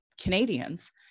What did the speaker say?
Canadians